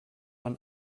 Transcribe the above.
man